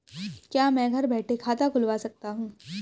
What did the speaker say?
क्या मैं घर बैठे खाता खुलवा सकता हूँ?